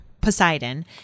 Poseidon